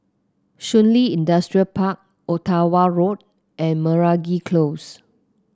Shun Li Industrial Park Ottawa Road and Meragi Close